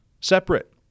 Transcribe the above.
separate